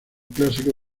clásico